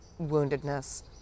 woundedness